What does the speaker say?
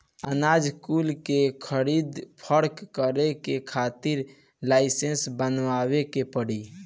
अनाज कुल के खरीद फोक्त करे के खातिर लाइसेंस बनवावे के पड़ी